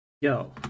Yo